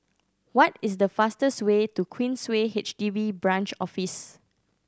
what is the fastest way to Queensway H D B Branch Office